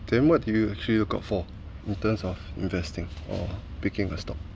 then what do you actually look out for in terms of investing or picking a stock